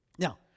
Now